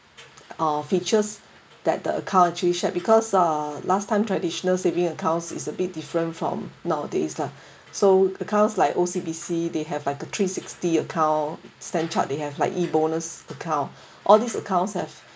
one features that the economy shared because ah last time traditional saving accounts is a bit different from nowadays lah so accounts like O_C_B_C they have like the three sixty account Stanchart they have like a bonus account all these accounts have